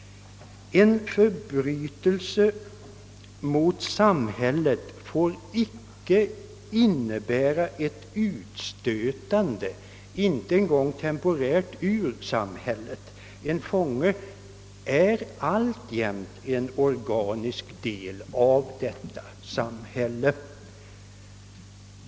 En förbrytelse mot samhället får icke innebära ett utstötande ur samhället — inte ens temporärt. En fånge skall alltjämt vara en organisk del av detta samhälle.